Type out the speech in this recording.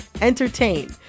entertain